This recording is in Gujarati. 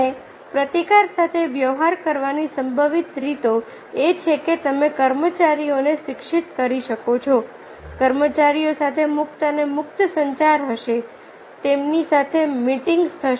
અને પ્રતિકાર સાથે વ્યવહાર કરવાની સંભવિત રીતો એ છે કે તમે કર્મચારીઓને શિક્ષિત કરી શકો છો કર્મચારીઓ સાથે મુક્ત અને મુક્ત સંચાર હશે તેમની સાથે મીટિંગ્સ થશે